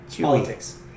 politics